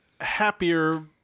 happier